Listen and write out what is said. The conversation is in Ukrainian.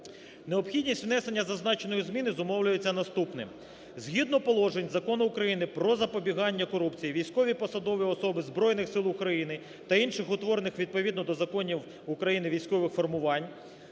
Необхідність внесення зазначеної зміни зумовлюється наступним. Згідно положень Закону України "Про запобігання корупції" військові посадові особи Збройних Сил України та інших, утворених відповідно до законів України, військових формувань,